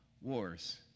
wars